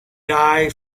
die